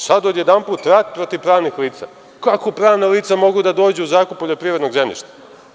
Sada odjedanput rat protiv pravnih lica, kako pravna lica mogu da dođu u zakup poljoprivrednog zemljišta?